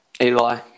Eli